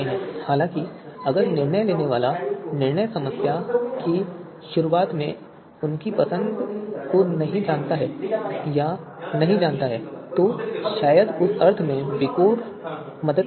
हालांकि अगर निर्णय लेने वाला निर्णय समस्या की शुरुआत में उनकी पसंद को नहीं जानता है या नहीं जानता है तो शायद उस अर्थ में विकोर मदद कर सकता है